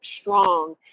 strong